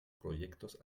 proyectos